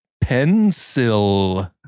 pencil